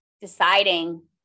deciding